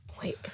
Wait